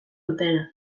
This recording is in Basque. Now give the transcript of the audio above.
dutena